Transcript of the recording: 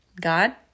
God